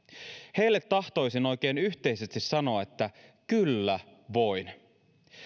heille tahtoisin oikein yhteisesti sanoa että kyllä voin